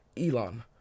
Elon